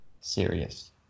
serious